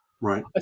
Right